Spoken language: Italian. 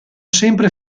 sempre